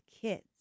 Kids